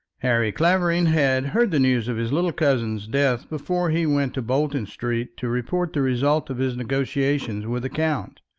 harry clavering had heard the news of his little cousin's death before he went to bolton street to report the result of his negotiation with the count.